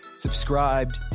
Subscribed